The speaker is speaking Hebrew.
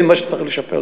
ומה שצריך לשפר,